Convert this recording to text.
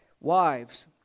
Wives